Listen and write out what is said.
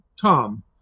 Tom